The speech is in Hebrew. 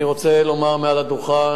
אני רוצה לומר מעל הדוכן: